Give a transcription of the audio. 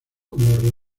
como